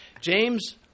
James